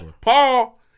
Paul